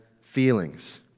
feelings